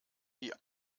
die